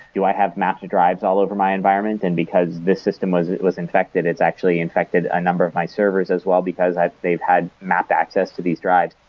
do i have map to drives all over my environment, and because this system was was infected, it's actually infected a number of my servers as well because they've had map access to these drives?